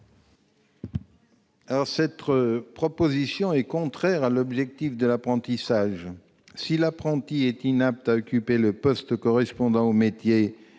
Cette proposition est contraire à l'objectif de l'apprentissage. Si l'apprenti est inapte à occuper le poste correspondant au métier